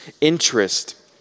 interest